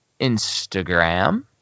Instagram